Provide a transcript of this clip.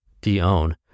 De-Own